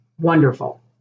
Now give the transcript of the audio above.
wonderful